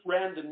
randomness